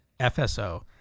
FSO